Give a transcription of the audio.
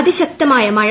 അതിശക്തമായ മഴ